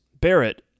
Barrett